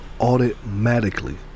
automatically